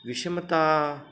विषमता